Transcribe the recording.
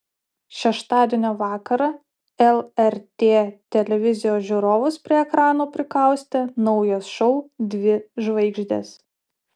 šeštadienio vakarą lrt televizijos žiūrovus prie ekranų prikaustė naujas šou dvi žvaigždės